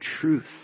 truth